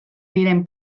diren